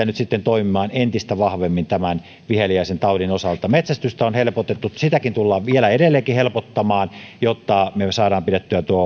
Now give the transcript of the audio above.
nyt sitten toimimaan entistä vahvemmin tämän viheliäisen taudin osalta metsästystä on helpotettu sitäkin tullaan vielä edelleenkin helpottamaan jotta me me saamme pidettyä